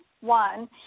one